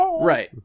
Right